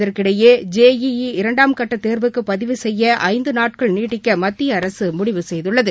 இதற்கிடையே இரண்டாம் கட்டதேர்வுக்குபதிவு செய்யஐந்துநாட்கள் ஜெ இ இ நீட்டிக்கமத்தியஅரசுமுடிவு செய்துள்ளது